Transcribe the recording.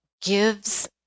gives